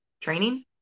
training